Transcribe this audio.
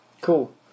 Cool